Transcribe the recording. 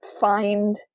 find